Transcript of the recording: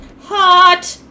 hot